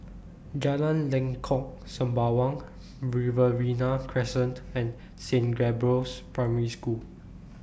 Jalan Lengkok Sembawang Riverina Crescent and Saint Gabriel's Primary School